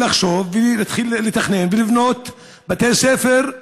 לחשוב ולהתחיל לתכנן ולבנות בתי ספר,